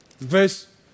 Verse